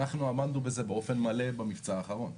אנחנו עמדנו בזה באופן מלא במבצע האחרון.